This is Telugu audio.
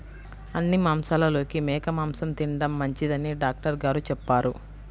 అన్ని మాంసాలలోకి మేక మాసం తిండం మంచిదని డాక్టర్ గారు చెప్పారు